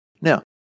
Now